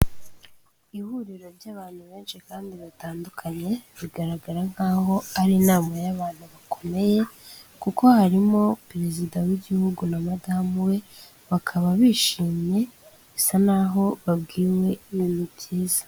Ihuriro ry'abantu benshi kandi batandukanye, bigaragara nk'aho ari inama y'abantu bakomeye, kuko harimo perezida w'igihugu na madamu we bakaba bishimye bisa naho babwiwe ibintu byiza.